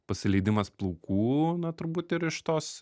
pasileidimas plaukų na turbūt ir iš tos